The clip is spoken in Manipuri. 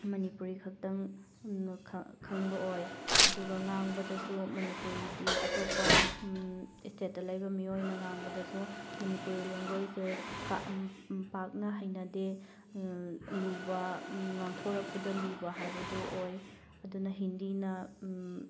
ꯃꯅꯤꯄꯨꯔꯤꯈꯛꯇꯪ ꯈꯪꯕ ꯑꯣꯏ ꯑꯗꯨꯒ ꯉꯥꯡꯕꯗꯁꯨ ꯃꯅꯤꯄꯨꯔꯤꯗꯤ ꯑꯇꯣꯞꯄ ꯏꯁꯇꯦꯠꯇ ꯂꯩꯕ ꯃꯤꯑꯣꯏꯅ ꯉꯥꯡꯕꯗꯁꯨ ꯃꯅꯤꯄꯨꯔꯤ ꯂꯦꯡꯒ꯭ꯋꯦꯖꯁꯦ ꯄꯥꯛꯅ ꯍꯩꯅꯗꯦ ꯂꯨꯕ ꯉꯥꯡꯊꯣꯔꯛꯄꯗ ꯂꯨꯕ ꯍꯥꯏꯕꯗꯣ ꯑꯣꯏ ꯑꯗꯨꯅ ꯍꯤꯟꯗꯤꯅ